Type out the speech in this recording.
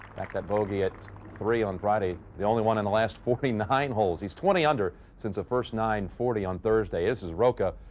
like that bogey at three on friday. the only one in the last forty-nine holes. he's twenty under since the first nine. forty on thursday. this is rocca,